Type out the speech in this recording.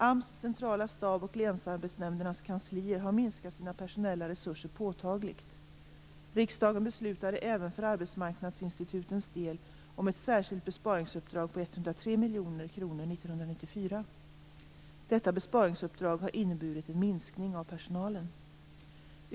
AMS centrala stab och länsarbetsnämndernas kanslier har minskat sina personella resurser påtagligt. Riksdagen beslutade även för arbetsmarknadsinstitutens del om ett särskilt besparingsuppdrag på 103 miljoner kronor 1994. Detta besparingsuppdrag har inneburit en minskning av personalen.